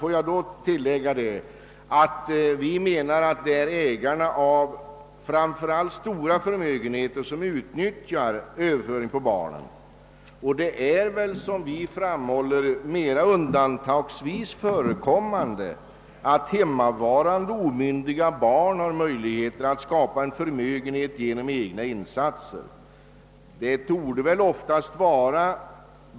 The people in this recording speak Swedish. Låt mig tillägga att vi menar att det är ägarna av framför allt stora förmögenheter som utnyttjar möjligheten till överföring av kapital till barnen, och det förekommer väl, som vi framhåller, mera undantagsvis att hemmavarande omyndiga barn har möjlighet att skapa en förmögenhet genom egna insatser.